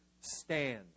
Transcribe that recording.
stand